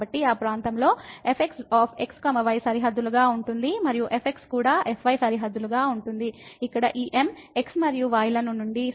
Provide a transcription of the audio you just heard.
కాబట్టి ఆ ప్రాంతంలో fx x y సరిహద్దులుగా ఉంటుంది మరియు fx కూడా fy సరిహద్దులుగా ఉంటుంది ఇక్కడ ఈ M x మరియు y ల నుండి స్వతంత్రంగా ఉంటుంది